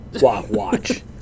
Watch